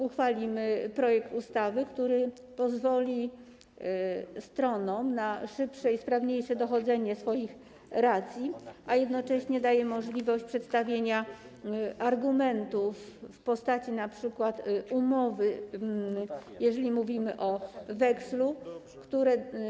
Uchwalimy projekt ustawy, który pozwoli stronom na szybsze i sprawniejsze dochodzenie swoich racji, a jednocześnie da on możliwość przedstawienia argumentów w postaci np. umowy, jeżeli mówimy o wekslu.